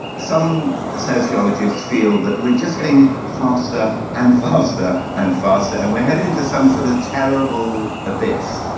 some sociologists feel that we are just getting faster and faster and faster and we are heading to some sort of terrible abyss.